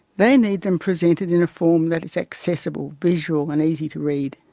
they need them presented in a form that is accessible, visual and easy to read.